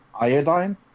Iodine